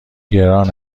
گران